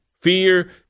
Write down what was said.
fear